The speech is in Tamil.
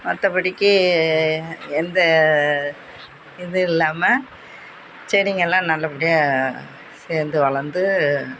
மற்றபடிக்கி எந்த இதுவும் இல்லாமல் செடிங்களாம் நல்லபடியாக சேர்ந்து வளர்ந்து